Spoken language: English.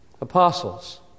apostles